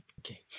Okay